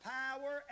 power